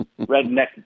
Redneck